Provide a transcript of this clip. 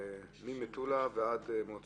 ממטולה ועד מוצא,